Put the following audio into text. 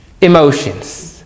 emotions